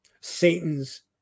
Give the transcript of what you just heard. Satan's